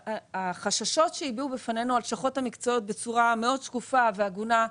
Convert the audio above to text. החששות שהביעו בפנינו הלשכות המקצועיות בצורה מאוד שקופה והגונה,